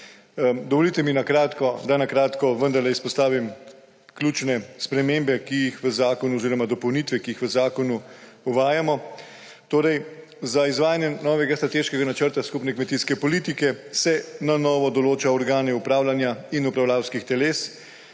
Dovolite mi, da kratko izpostavim ključne spremembe oziroma dopolnitve, ki jih v zakonu uvajamo. Z izvajanjem novega Strateškega načrta skupne kmetijske politike se na novo določa organe upravljanja in upravljavskih teles.